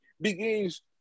begins